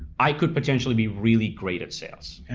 i could potentially be really great at sales.